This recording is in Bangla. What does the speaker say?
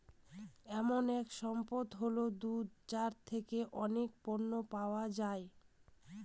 এমন এক সম্পদ হল দুধ যার থেকে অনেক পণ্য পাওয়া যায়